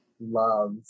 love